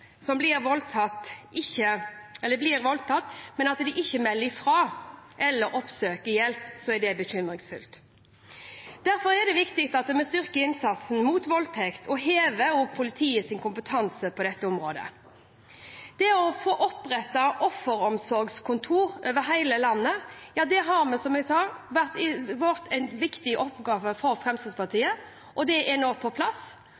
ti blir voldtatt, men ikke melder fra eller oppsøker hjelp, er bekymringsfullt. Derfor er det viktig at vi styrker innsatsen mot voldtekt og hever politiets kompetanse på dette området. Det å få opprettet offeromsorgskontor over hele landet, som jeg sa, har vært en viktig oppgave for Fremskrittspartiet, og det er nå på plass.